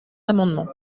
amendements